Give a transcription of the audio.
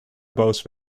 boos